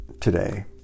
today